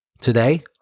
Today